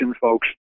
folks